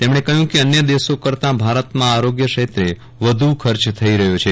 તેમણે કહ્યું કે અન્ય દેશો કરતાં ભારતમાં આરોગ્ય ક્ષેત્રે વધુ ખર્ચ થઈ રહ્યો છે